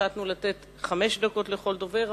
החלטנו לתת חמש דקות לכל דובר,